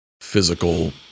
physical